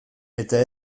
eta